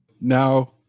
Now